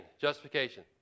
justification